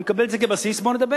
אני מקבל את זה כבסיס, בואו נדבר.